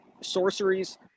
sorceries